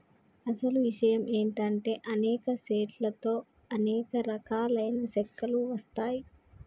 అసలు ఇషయం ఏంటంటే అనేక సెట్ల తో అనేక రకాలైన సెక్కలు వస్తాయి